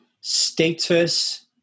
status